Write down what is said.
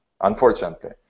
unfortunately